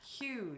huge